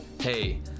hey